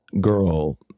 girl